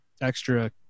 extra